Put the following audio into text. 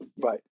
Right